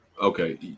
Okay